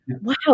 wow